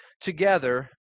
together